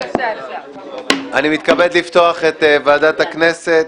אני מתכבד לפתוח את ועדת הכנסת.